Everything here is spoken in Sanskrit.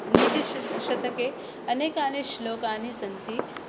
नीतिश् शतके अनेकानि श्लोकानि सन्ति